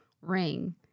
ring